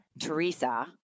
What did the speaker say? Teresa